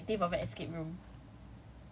no as in like what is the objective of a escape room